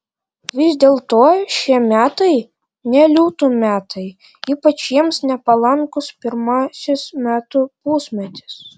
vis dėlto šie metai ne liūtų metai ypač jiems nepalankus pirmasis metų pusmetis